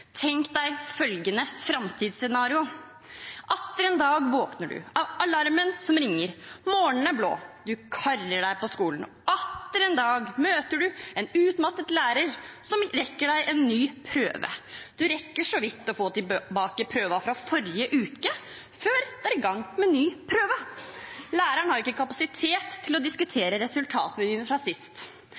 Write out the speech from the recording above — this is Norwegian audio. Tenk deg følgende framtidsscenario: Atter en dag våkner du av alarmen som ringer. Morgenen er blå. Du karrer deg på skolen. Og atter en dag møter du en utmattet lærer som rekker deg en ny prøve. Du rekker så vidt å få tilbake prøven fra forrige uke før det er i gang med ny prøve. Læreren har ikke kapasitet til å diskutere resultatene dine fra sist.